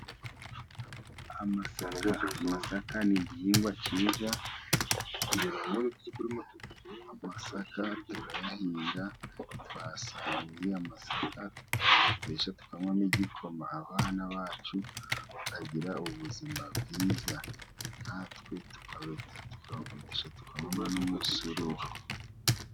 Amasaka ,amasaka ni igihingwa cyiza ,amasaka tuyahinga twasaruye ,amasaka tukabetesha tukanywa n'igikoma, abana bacu bakagira ubuzima bwiza ,natwe tukakubetesha tukanywamo n'umusururu.